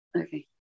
Okay